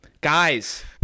Guys